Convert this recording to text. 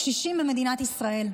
הקשישים במדינת ישראל.